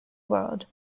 world